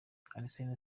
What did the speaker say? arsenal